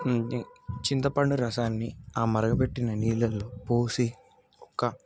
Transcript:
చింతపండు రసాన్ని ఆ మరగపెట్టిన నీళ్ళలో పోసి ఒక్క